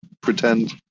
pretend